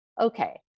okay